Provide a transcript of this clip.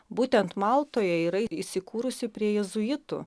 būtent maltoje yra įsikūrusi prie jėzuitų